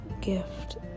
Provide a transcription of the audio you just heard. gift